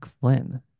Flynn